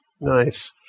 Nice